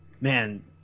man